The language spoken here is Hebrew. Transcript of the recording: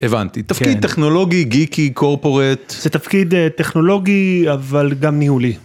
הבנתי, תפקיד טכנולוגי, גיקי, corporate. - זה תפקיד טכנולוגי, אבל גם ניהולי.